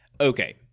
Okay